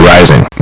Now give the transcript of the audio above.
Rising